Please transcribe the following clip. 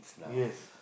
yes